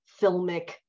filmic